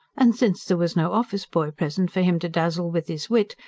and since there was no office-boy present, for him to dazzle with his wit,